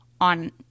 on